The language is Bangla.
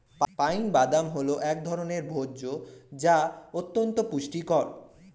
পাইন বাদাম হল এক ধরনের ভোজ্য যা অত্যন্ত পুষ্টিকর